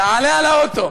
תעלה לאוטו,